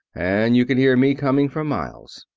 and you can hear me coming for miles.